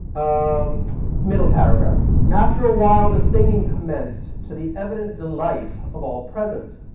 um middle paragraph, after awhile the singing commenced to the evident delight of all present.